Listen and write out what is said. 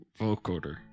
vocoder